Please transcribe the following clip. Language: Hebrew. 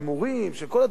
של כל הדברים האלה,